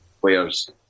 players